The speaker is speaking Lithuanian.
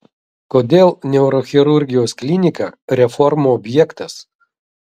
kodėl neurochirurgijos klinika reformų objektas